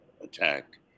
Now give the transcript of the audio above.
attack